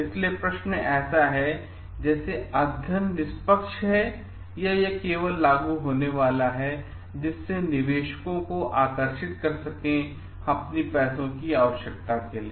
इसलिए प्रश्न ऐसा है कि जैसे अध्ययन निष्पक्ष है या यह केवल लागू होने वाला है जिससे निवेशकों को आकर्षित कर सकें पैसों की आवशयकता के लिए